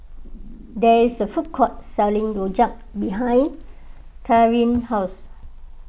there is a food court selling Rojak behind Darien's house